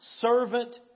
servant